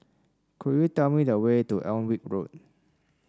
could you tell me the way to Alnwick Road